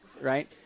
right